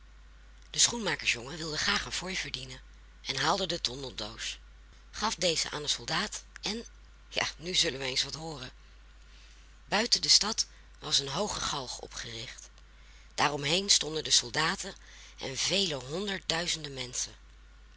de schoenmakersjongen wilde graag een fooi verdienen en haalde de tondeldoos gaf deze aan den soldaat en ja nu zullen we eens wat hooren buiten de stad was een hooge galg opgericht daaromheen stonden de soldaten en vele honderdduizenden menschen